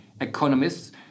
economists